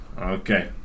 okay